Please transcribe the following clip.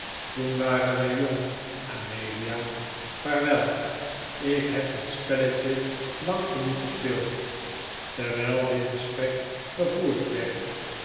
toen waren wij jong amelia vaarwel ik heb dit spelletje lang genoeg gespeeld terwijl dit gesprek gevoerd werd